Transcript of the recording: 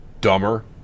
dumber